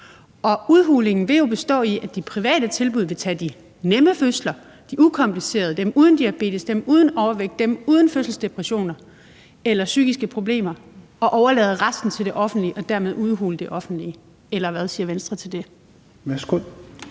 Og udhulingen vil jo bestå i, at de private tilbud vil tage de nemme fødsler, de ukomplicerede, dem uden diabetes, dem uden overvægt, dem uden fødselsdepression og psykiske problemer, og overlade resten til det offentlige og dermed udhule det offentlige. Eller hvad siger Venstre til det?